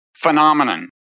phenomenon